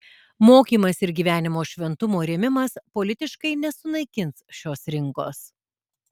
mokymas ir gyvenimo šventumo rėmimas politiškai nesunaikins šios rinkos